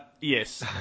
Yes